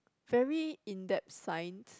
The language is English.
very in depth science